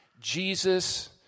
Jesus